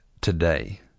today